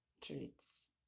treats